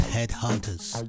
Headhunters